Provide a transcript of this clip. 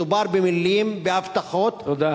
מדובר במלים, בהבטחות, תודה.